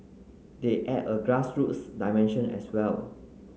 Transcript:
they add a grass roots dimension as well